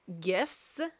gifts